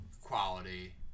quality